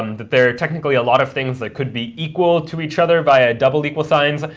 um that there are technically a lot of things that could be equal to each other by a double equal signs,